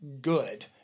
good